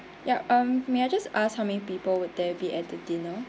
ya um may I just ask how many people would there be at the dinner